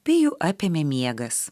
pijų apėmė miegas